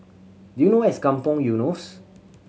do you know where is Kampong Eunos